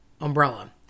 umbrella